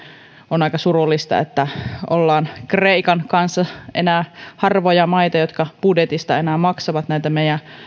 on aika surullista että olemme kreikan kanssa enää harvoja maita jotka budjetista maksavat näitä meidän